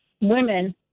women